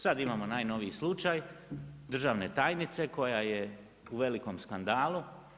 Sada imamo najnoviji slučaj državne tajnice koja je u velikom skandalu.